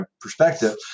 perspective